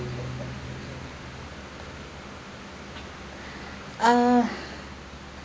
uh